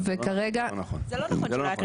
זה לא נכון,